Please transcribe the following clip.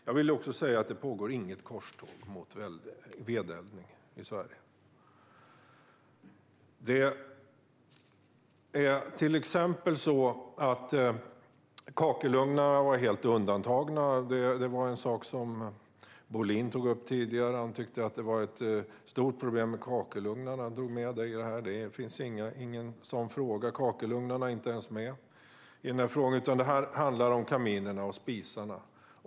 Jag vill också säga att det inte pågår något korståg mot vedeldning i Sverige. Till exempel har kakelugnar varit helt undantagna. Det var en sak som Bohlin tog upp tidigare. Han tyckte att det var ett stort problem med kakelugnarna. Han tog med dem i detta. Det finns ingen sådan fråga. Kakelugnarna är inte med i denna fråga, utan det handlar om kaminerna och spisarna.